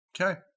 Okay